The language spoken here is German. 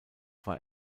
war